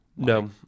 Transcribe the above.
No